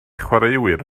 chwaraewyr